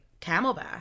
Camelback